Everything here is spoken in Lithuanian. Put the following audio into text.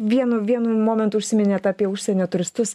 vienu vienu momentu užsiminėt apie užsienio turistus